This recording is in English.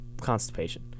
constipation